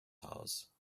house